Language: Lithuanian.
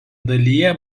dalyje